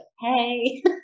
Hey